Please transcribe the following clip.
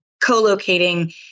Co-locating